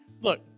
look